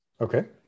okay